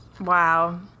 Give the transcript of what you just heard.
Wow